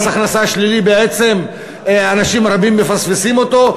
מס הכנסה שלילי, בעצם אנשים רבים מפספסים אותו.